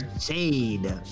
Shade